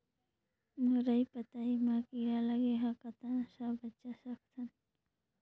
मुरई पतई म कीड़ा लगे ह कतना स बचा सकथन?